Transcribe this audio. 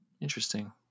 Interesting